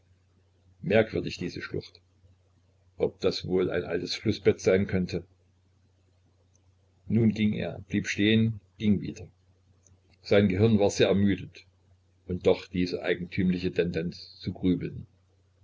merkwürdig diese schlucht ob das wohl ein altes flußbett sein könnte nun ging er blieb stehen ging wieder sein gehirn war sehr ermüdet und doch diese eigentümliche tendenz zu grübeln